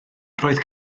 roedd